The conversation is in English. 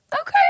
Okay